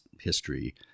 history